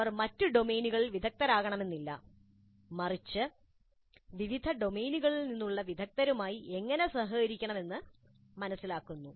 അവർ മറ്റ് ഡൊമെയ്നുകളിൽ വിദഗ്ധരാകണമെന്നല്ല മറിച്ച് വിവിധ ഡൊമെയ്നുകളിൽ നിന്നുള്ള വിദഗ്ധരുമായി എങ്ങനെ സഹകരിക്കാമെന്നും അവർ പഠിക്കുന്നു